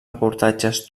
reportatges